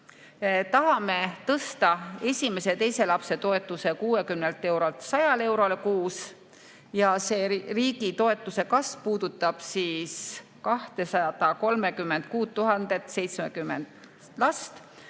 Tahame tõsta esimese ja teise lapse toetuse 60 eurolt 100 eurole kuus ja see riigi toetuse kasv puudutab 236 070 last.